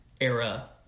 era